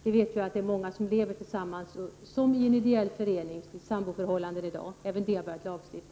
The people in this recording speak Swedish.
Vi vet att det i dag är många som lever tillsammans i samboförhållanden, som i en ideell förening, men även där har man börjat lagstifta.